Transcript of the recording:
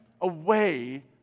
away